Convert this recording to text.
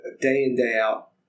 day-in-day-out